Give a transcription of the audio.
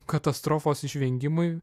katastrofos išvengimui